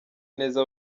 neza